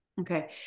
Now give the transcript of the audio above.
Okay